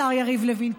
השר יריב לוין,